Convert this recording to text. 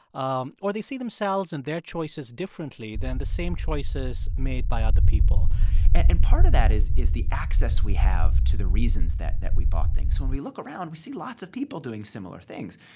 um or they see themselves and their choices differently than the same choices made by other people and part of that is is the access we have to the reasons that that we bought things. when we look around, we see lots of people doing similar things.